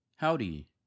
Howdy